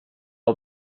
och